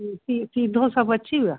हूं सी सीधो सभु अची वियो आहे